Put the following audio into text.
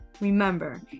Remember